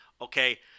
okay